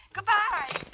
Goodbye